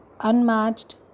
unmatched